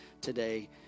today